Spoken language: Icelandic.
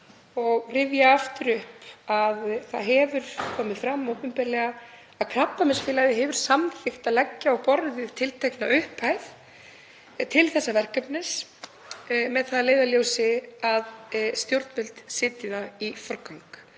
Ég rifja það aftur upp að það hefur komið fram opinberlega að Krabbameinsfélagið hefur samþykkt að leggja á borðið tiltekna upphæð til þessa verkefnis með það að leiðarljósi að stjórnvöld setji það í forgang.